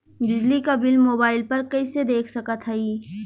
बिजली क bill mobile पर कईसे देख सकत हई?